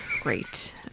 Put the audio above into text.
great